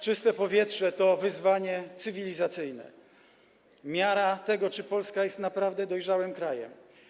Czyste powietrze to wyzwanie cywilizacyjne, miara tego, czy Polska jest naprawdę dojrzałym krajem.